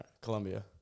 Columbia